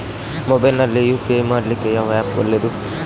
Mobile ನಲ್ಲಿ UPI ಮಾಡ್ಲಿಕ್ಕೆ ಯಾವ ಆ್ಯಪ್ ಒಳ್ಳೇದು?